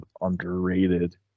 underrated